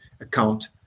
account